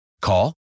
Call